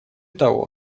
того